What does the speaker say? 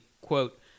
quote